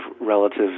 relative